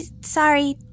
Sorry